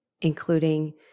including